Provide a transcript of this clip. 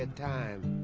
ah time,